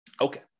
Okay